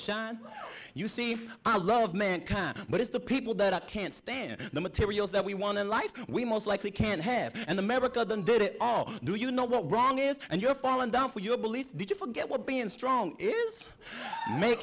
shine you see i love mankind but it's the people that can't stand the materials that we want in life we most likely can't have and america than did it all do you know what wrong is and you're falling down for your beliefs did you forget what being strong